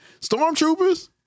Stormtroopers